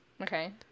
Okay